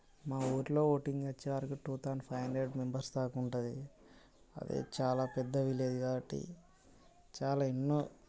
మా ఊళ్ళో ఓటింగ్కి వచ్చేవరకు టూ థౌసెండ్ ఫైవ్ మెంబర్స్ దాకా ఉంటుంది అది చాలా పెద్ద విలేజ్ కాబట్టి చాలా ఎన్నో